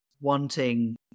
wanting